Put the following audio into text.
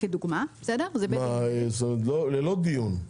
זה ללא דיון.